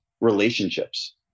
relationships